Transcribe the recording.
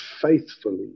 faithfully